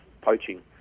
poaching